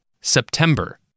September